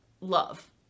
love